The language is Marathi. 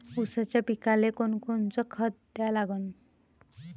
ऊसाच्या पिकाले कोनकोनचं खत द्या लागन?